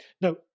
Now